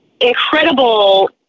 incredible